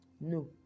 No